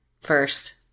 first